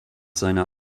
seiner